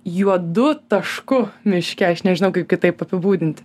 juodu tašku miške aš nežinau kaip kitaip apibūdinti